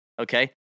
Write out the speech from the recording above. okay